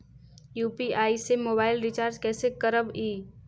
UPI से mobile recharge कैसे करबइ?